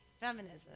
Feminism